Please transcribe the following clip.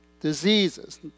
diseases